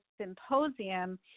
symposium